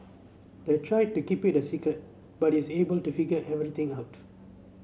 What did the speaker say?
they tried to keep it a secret but it's able to figure everything out